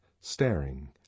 staring